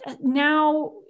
now